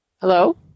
Hello